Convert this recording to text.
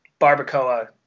barbacoa